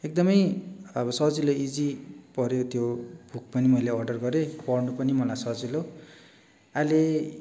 एकदम अब सजिलै इजी पर्यो त्यो बुक पनि मैले अर्डर गरेँ पढ्नु पनि मलाई सजिलो अहिले